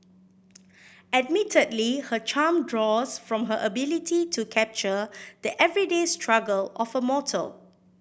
admittedly her charm draws from her ability to capture the everyday struggle of a mortal